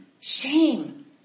Shame